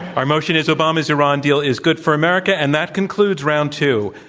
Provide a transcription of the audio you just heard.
our motion is, obama's iran deal is good for america, and that concludes round two.